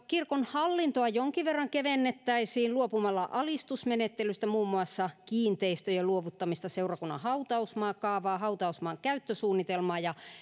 kirkon hallintoa jonkin verran kevennettäisiin luopumalla alistusmenettelystä muun muassa kiinteistöjen luovuttamista seurakunnan hautausmaakaavaa hautausmaan käyttösuunnitelmaa ja